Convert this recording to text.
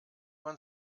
man